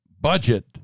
budget